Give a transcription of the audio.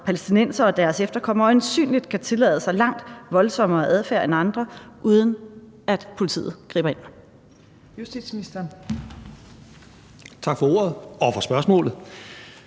palæstinensere og deres efterkommere øjensynlig kan tillade sig langt voldsommere adfærd end andre, uden at politiet griber ind?